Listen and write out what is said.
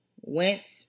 went